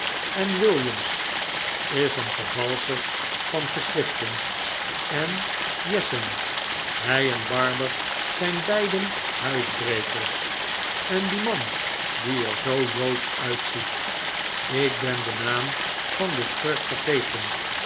en williams is een vervalscher van geschriften en jesson hij en barber zijn beiden huisbrekers en die man die er zoo joodsch uitziet ik ben den naam van den schurk vergeten